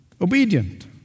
Obedient